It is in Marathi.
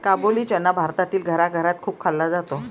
काबुली चना भारतातील घराघरात खूप खाल्ला जातो